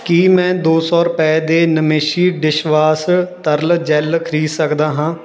ਕੀ ਮੈਂ ਦੋ ਸੌ ਰੁਪਏ ਦੇ ਨਮੇਸ਼ੀ ਡਿਸ਼ਵਾਸ਼ ਤਰਲ ਜੈੱਲ ਖਰੀਦ ਸਕਦਾ ਹਾਂ